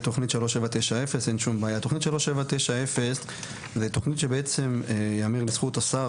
תכנית 3790 זה תכנית שבעצם ייאמר לזכות השר,